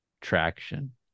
traction